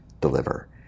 deliver